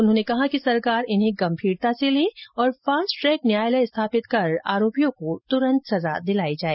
उन्होंने कहा कि सरकार इन्हें गंभीरता से लें और फास्ट ट्रैक न्यायालय स्थापित कर आरोपियों को तुरंत सजा दिलाई जाए